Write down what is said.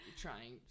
trying